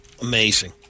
amazing